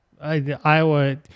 Iowa